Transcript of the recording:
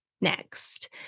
next